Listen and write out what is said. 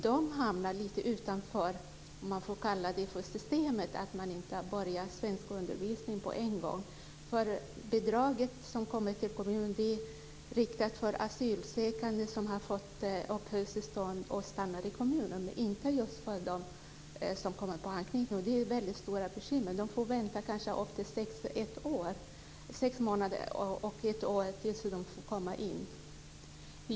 De hamnar lite utanför det man får kalla för systemet, man har inte börjat med svenskundervisning på en gång. Bidraget till kommunerna är riktat till asylsökande som har fått uppehållstillstånd och stannar i kommunen, inte för dem som kommer hit på grund av anknytning. Det är ett väldigt stort bekymmer. De kan få vänta upp till sex månader eller ett år tills de får komma in.